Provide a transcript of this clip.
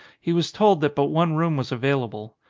he was told that but one room was available.